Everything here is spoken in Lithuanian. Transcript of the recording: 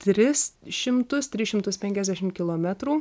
tris šimtus tris šimtus penkiasdešimt kilometrų